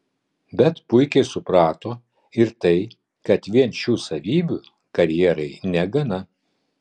bet puikiai suprato ir tai kad vien šių savybių karjerai negana